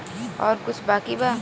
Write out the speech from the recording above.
और कुछ बाकी बा?